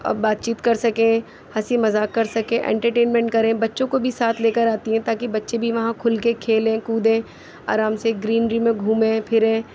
اور بات چیت کر سکیں ہنسی مذاق کر سکیں انٹرٹینمینٹ کریں بچوں کو بھی ساتھ لے کر آتی ہیں تاکہ بچے بھی وہاں کھل کے کھیلیں کودیں آرام سے گرین ری میں گُھومیں پھریں